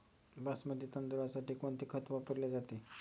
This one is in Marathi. बासमती तांदळासाठी कोणते खत वापरले जाते?